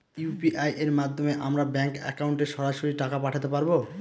UPI এর মাধ্যমে আমরা ব্যাঙ্ক একাউন্টে সরাসরি টাকা পাঠাতে পারবো?